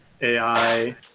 AI